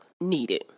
needed